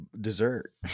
dessert